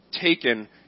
taken